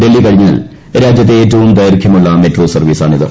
ഡൽഹി കഴിഞ്ഞാൽ രാജ്യത്തെ ഏറ്റവും ദൈർഘ്യമുള്ള മെട്രോ സർവീസാണിത്